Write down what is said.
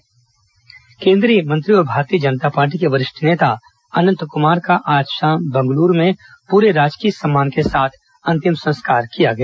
अनंत कुमार अंतिम संस्कार केन्द्रीय मंत्री और भारतीय जनता पार्टी के वरिष्ठ नेता अनन्त कमार का आज शाम बंगलुरू में पूरे राजकीय सम्मान के साथ अन्तिम संस्कार किया गया